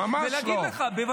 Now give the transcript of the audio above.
ולהגיד לך --- לא,